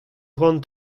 cʼhoant